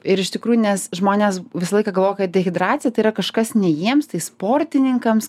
ir iš tikrųjų nes žmonės visą laiką galvoja kad dehidracija tai yra kažkas ne jiems tai sportininkams